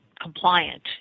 compliant